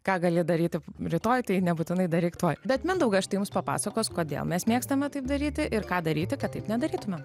ką gali daryti rytoj tai nebūtinai daryk tuoj bet mindaugą šitiems papasakos kodėl mes mėgstame taip daryti ir ką daryti kad taip nedarytumėme